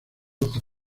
ojos